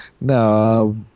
no